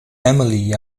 emily